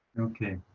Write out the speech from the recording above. okay.